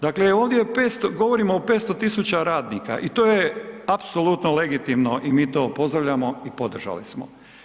Dakle, ovdje govorimo o 500 000 radnika i to je apsolutno legitimno i mi to pozdravljamo i podržali smo.